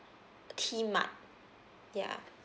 T mart ya